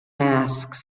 masks